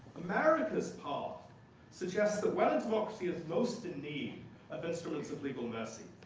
america's part suggests that whether democracy is most in need of instruments of legal mercy,